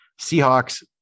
Seahawks